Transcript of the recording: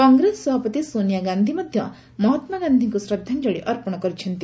କଂଗ୍ରେସ ସଭାପତି ସୋନିଆ ଗାନ୍ଧି ମହାତ୍ମା ଗାନ୍ଧିଙ୍କୁ ଶ୍ରଦ୍ଧାଞ୍ଚଳୀ ଅର୍ପଣ କରିଛନ୍ତି